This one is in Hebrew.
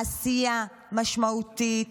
עשייה משמעותית,